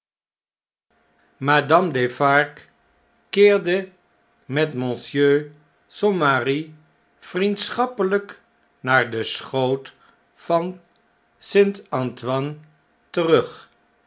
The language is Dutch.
madame defarge keerde met monsieur son mari vriendschappehj'k naar den schoot van st antoine terug